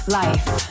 life